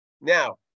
Now